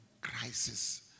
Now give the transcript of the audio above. crisis